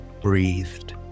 breathed